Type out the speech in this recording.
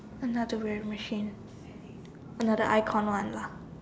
another weird machine another icon one lah